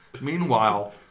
Meanwhile